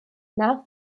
nach